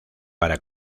para